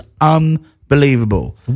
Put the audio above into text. unbelievable